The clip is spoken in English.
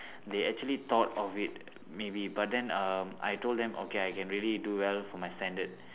they actually thought of it maybe but then um I told them okay I can really do well for my standard